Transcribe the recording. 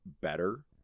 better